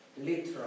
Literal